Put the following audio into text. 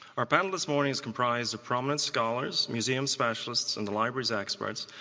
our panel this morning is comprised of prominent scholars, museum specialists and the library's experts,